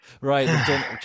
Right